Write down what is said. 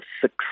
six